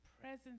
presence